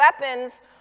weapons